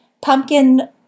pumpkin